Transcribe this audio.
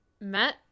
Met